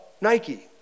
Nike